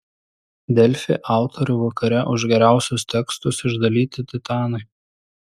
delfi autorių vakare už geriausius tekstus išdalyti titanai